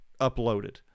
uploaded